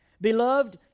Beloved